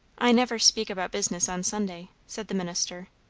i never speak about business on sunday, said the minister,